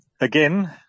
Again